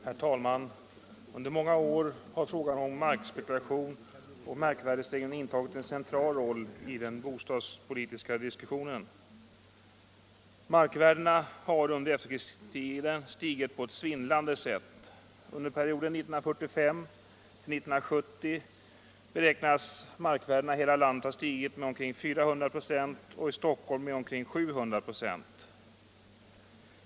Herr talman! Under många år har frågan om markspekulation och markvärdestegring intagit en central roll i de bostadspolitiska diskussionerna. Markvärdena har under efterkrigstiden stigit på ett svindlande sätt. Under perioden 1945-1970 beräknas markvärdena i hela landet ha stigit med omkring 400 96 och i Stockholm med omkring 700 96.